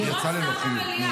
היא יצאה לנוחיות.